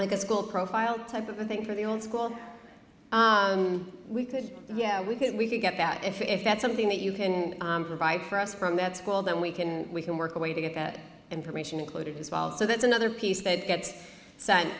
like a school profile type of thing from the old school we could we could we could get that if that's something that you can provide for us from that school then we can we can work a way to get that information included as well so that's another piece that gets s